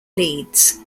leads